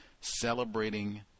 celebrating